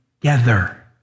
together